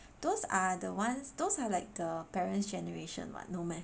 those are the ones those are like the parents' generation [what] no meh